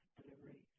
delivery